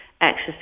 access